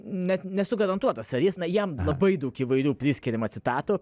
net nesu garantuotas ar jis na jam labai daug įvairių priskiriama citatų